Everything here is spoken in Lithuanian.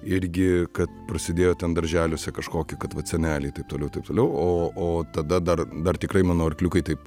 irgi kad prasėdėjo ten darželiuose kažkoki kad vat seneliai taip toliau taip toliau o o tada dar dar tikrai mano arkliukai taip